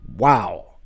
Wow